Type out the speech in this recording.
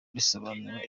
risobanura